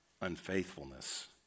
unfaithfulness